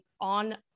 on